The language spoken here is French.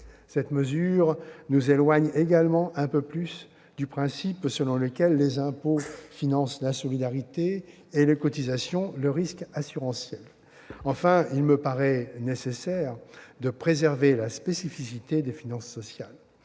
Cette mesure nous éloigne également un peu plus du principe selon lequel les impôts financent la solidarité et les cotisations les risques assurantiels. Enfin, il me paraît nécessaire de préserver la spécificité des finances sociales.